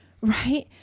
Right